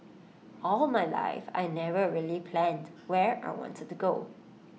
all my life I never really planned where I wanted to go